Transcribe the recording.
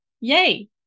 Yay